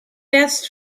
best